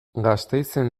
gasteizen